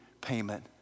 payment